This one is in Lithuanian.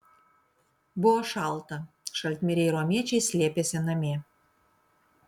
buvo šalta šaltmiriai romiečiai slėpėsi namie